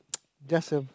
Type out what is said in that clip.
just a